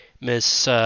Miss